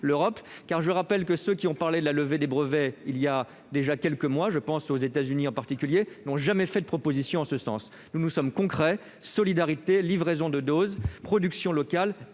l'Europe. Je vous rappelle que ceux qui ont parlé de la levée des brevets il y a déjà quelques mois- je pense aux États-Unis en particulier -n'ont jamais fait de proposition en ce sens. Pour notre part, nous sommes concrets : solidarité, livraison de doses, production locale